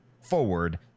forward